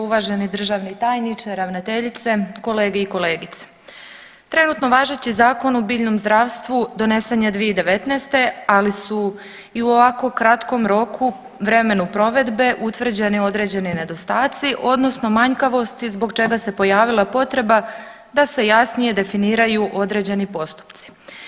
Uvaženi državni tajniče, ravnateljice, kolege i kolegice, trenutno važeći Zakon o biljnom zdravstvu donesen je 2019., ali su i u ovako kratkom roku, vremenu provedbe, utvrđeni određeni nedostaci odnosno manjkavosti zbog čega se pojavila potreba da se jasnije definiraju određeni postupci.